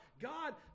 God